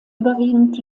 überwiegend